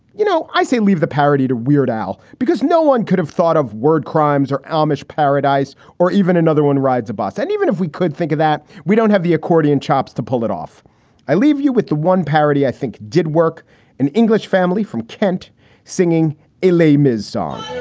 you know, i say leave the parody to weird al because no one could have thought of word crimes or amish paradise or even another one rides a bus. and even if we could think of that, we don't have the accordion chops to pull it off i leave you with the one parody i think did work in english family from kent singing a lame is song